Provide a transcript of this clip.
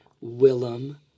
Willem